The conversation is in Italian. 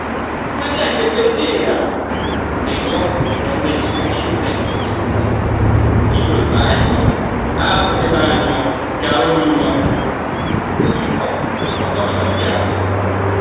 ma neanche per idea negò energicamente il ciunna io il bagno altro che bagno caro mio tino imbrò lo guardò meravigliato